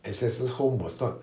ancestors' home was not